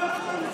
הפסקה.